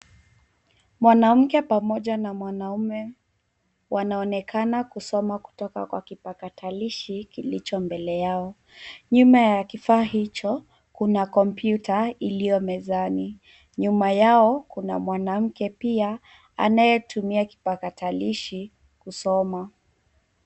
Mwanamke pamoja na mwanaume wanaonekana kusoma kutoka kwa kipakatalishi kilicho mbele yao. Nyuma ya kifaa hicho, kuna kompyuta iliyo mezani. Nyuma yao kuna mwanamke pia anayetumia kipakatalishi kusoma.